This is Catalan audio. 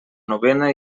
novena